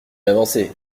avancée